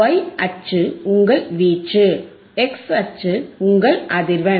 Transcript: Y அச்சு உங்கள் வீச்சுx அச்சு உங்கள் அதிர்வெண்